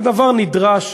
זה דבר נדרש